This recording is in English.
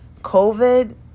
COVID